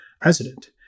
president